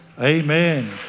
Amen